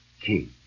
King